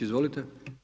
Izvolite.